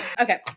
Okay